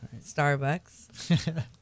Starbucks